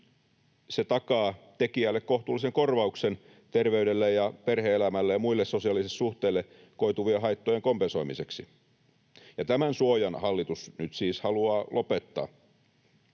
se takaa tekijälle kohtuullisen korvauksen terveydelle ja perhe-elämälle ja muille sosiaalisille suhteille koituvien haittojen kompensoimiseksi. Ja tämän suojan hallitus nyt siis haluaa lopettaa.